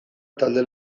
talde